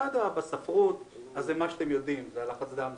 האחת בספרות זה מה שאתם יודעים לחץ דם,